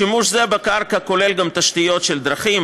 שימוש זה בקרקע כולל גם תשתיות של דרכים,